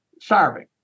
starving